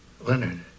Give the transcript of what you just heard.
Leonard